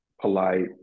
polite